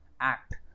act